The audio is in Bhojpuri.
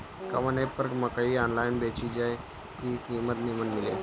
कवन एप पर मकई आनलाइन बेची जे पर कीमत नीमन मिले?